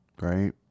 Right